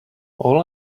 all